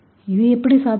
அது எப்படி சாத்தியம்